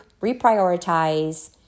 reprioritize